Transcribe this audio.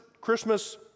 Christmas